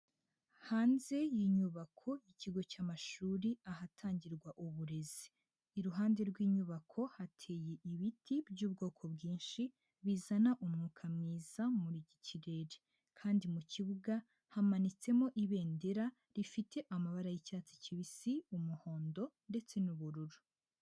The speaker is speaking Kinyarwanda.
Hanze y'inyubako y'ikigo cy'amashuri ahatangirwa uburezi. Iruhande rw'inyubako hateye ibiti by'ubwoko bwinshi bizana umwuka mwiza muri ikirere kandi mu kibuga hamanitsemo ibendera rifite amabara y'icyatsi kibisi, umuhondo ndetse n'ubururu.